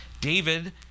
David